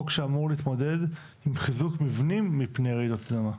הוא חוק שאמור להתמודד עם חיזוק מבנים מפני רעידת אדמה.